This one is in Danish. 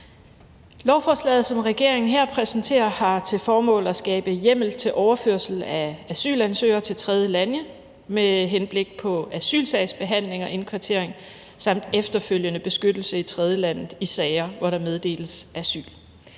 Lovforslaget, som regeringen her præsenterer, har til formål at skabe hjemmel til overførsel af asylansøgere til tredjelande med henblik på asylsagsbehandling og indkvartering samt efterfølgende beskyttelse i tredjelandet i sager, hvor der meddeles asyl.